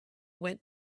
went